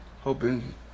hoping